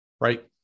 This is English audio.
right